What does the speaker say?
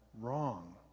wrong